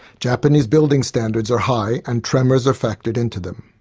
japanese building standards are high, and tremors are factored into them.